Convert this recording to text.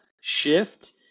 shift